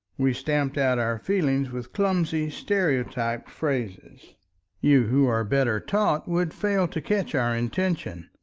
we stamped out our feelings with clumsy stereotyped phrases you who are better taught would fail to catch our intention.